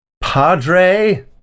Padre